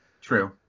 True